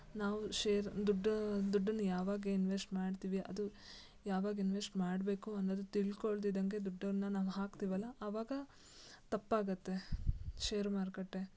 ನಾವು ಶೇರ್ ದುಡ್ಡು ದುಡ್ಡನ್ನು ಯಾವಾಗ ಇನ್ವೆಸ್ಟ್ ಮಾಡ್ತೀವಿ ಅದು ಯಾವಾಗ ಇನ್ವೆಸ್ಟ್ ಮಾಡಬೇಕು ಅನ್ನೋದು ತಿಳ್ಕೊಳ್ದಿದಂಗೆ ದುಡ್ಡನ್ನು ನಾವು ಹಾಕ್ತಿವಲ್ಲ ಅವಾಗ ತಪ್ಪಾಗುತ್ತೆ ಶೇರು ಮಾರುಕಟ್ಟೆ